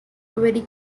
very